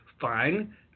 Fine